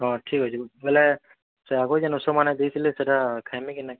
ହଁ ଠିକ୍ ଅଛେ ବେଲେ ସେ ଆଗର୍ ଯେନ୍ ଓଷୋମାନେ ଦେଇଥିଲେ ସେଟା ଖାଇମି କି ନାଇ